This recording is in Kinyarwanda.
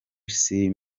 city